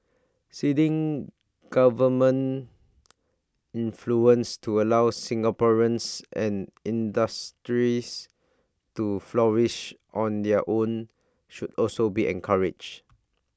ceding government influence to allow Singaporeans and industries to flourish on their own should also be encouraged